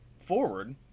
forward